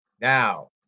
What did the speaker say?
Now